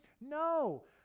no